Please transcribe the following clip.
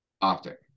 optic